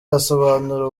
asobanura